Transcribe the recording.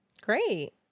Great